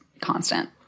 constant